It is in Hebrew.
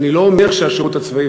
אני לא אומר שהשירות הצבאי,